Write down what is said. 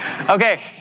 Okay